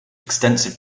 extensive